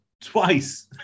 twice